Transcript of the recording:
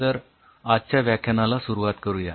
तर आजच्या व्याख्यानाला सुरुवात करूया